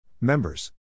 Members